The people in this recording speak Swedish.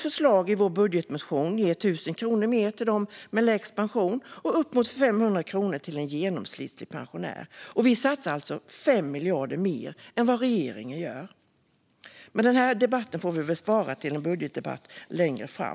Förslaget i vår budgetmotion ger 1 000 kronor mer till dem med lägst pension och upp till 500 kronor mer till en genomsnittlig pensionär. Vi satsar alltså 5 miljarder mer än regeringen. Men denna debatt får vi väl spara till en budgetdebatt längre fram.